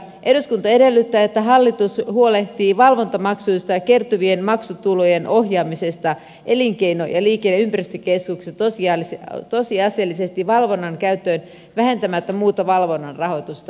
eduskunta edellyttää että hallitus huolehtii valvontamaksuista kertyvien maksutulojen ohjaamisesta elinkeino liikenne ja ympäristökeskuksissa tosiasiallisesti valvonnan käyttöön vähentämättä muuta valvonnan rahoitusta